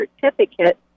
certificate